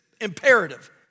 imperative